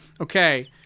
Okay